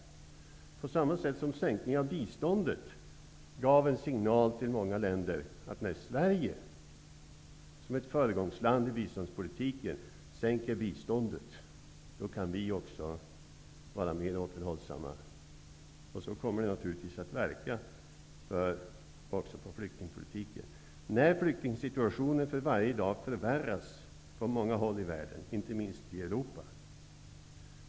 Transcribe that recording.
På samma sätt som sänkningen av biståndet gav en signal till många länder -- När Sverige, som är ett föregångsland inom biståndspolitiken, sänker biståndet kan vi också vara mer återhållsamma -- kommer det naturligtvis att verka också i fråga om flyktingpolitiken. För varje dag förvärras flyktingsituationen på många håll i världen -- inte minst i Europa.